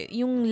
yung